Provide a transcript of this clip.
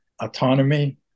autonomy